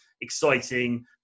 exciting